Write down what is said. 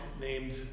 named